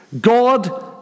God